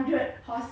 ya if yo~